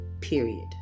period